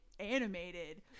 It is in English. Animated